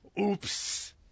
oops